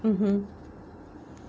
mmhmm